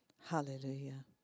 Hallelujah